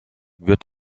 wird